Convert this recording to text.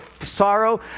sorrow